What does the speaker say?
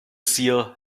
seer